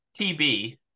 TB